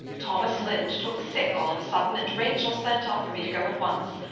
thomas lynde took sick all of a sudden and rachel sent up for me to go at once.